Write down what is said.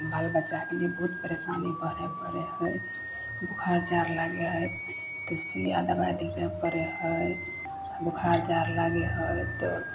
बाल बच्चाके लिए बहुत परेशानी पड़ै हइ बुखार जाड़ लागि जाइ हइ तऽ सुइआ दवाइ देबे पड़ै हइ बुखार जाड़ लागै हइ तऽ